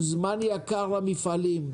הוא זמן יקר למפעלים,